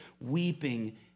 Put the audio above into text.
weeping